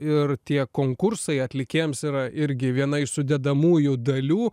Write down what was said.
ir tie konkursai atlikėjams yra irgi viena iš sudedamųjų dalių